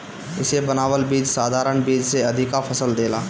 इसे बनावल बीज साधारण बीज से अधिका फसल देला